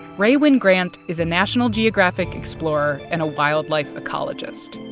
rae wynn-grant is a national geographic explorer and a wildlife ecologist.